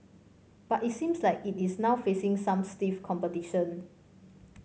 but it seems like it is now facing some stiff competition